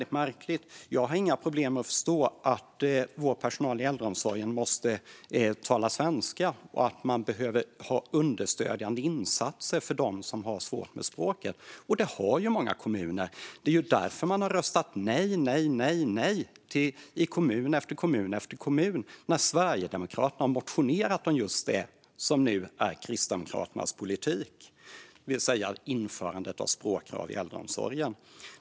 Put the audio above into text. Det är märkligt. Jag har inga problem att förstå att personalen i vår äldreomsorg måste tala svenska och att det behövs understödjande insatser för dem som har svårt med språket. Och det har många kommuner. Det är därför man i kommun efter kommun har röstat nej när Sverigedemokraterna har motionerat om just det som nu också är Kristdemokraternas politik, det vill säga införandet av språkkrav i äldreomsorgen.